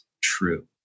true